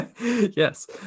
Yes